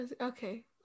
okay